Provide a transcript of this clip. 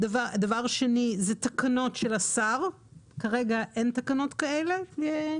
שנית, תקנות של השר וכרגע אין תקנות כאלה.